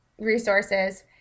resources